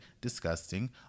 disgusting